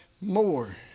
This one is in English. more